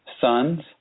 sons